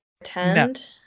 attend